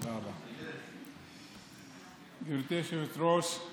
תודה רבה, גברתי היושבת-ראש.